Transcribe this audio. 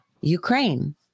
Ukraine